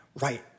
right